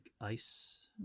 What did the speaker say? ice